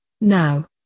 Now